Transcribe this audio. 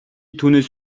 түүнээс